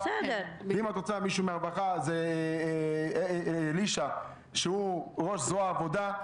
ואם את רוצה מישהו מהרווחה זה אלישע שהוא ראש זרוע העבודה.